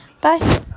bye